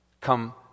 come